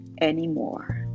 anymore